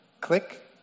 click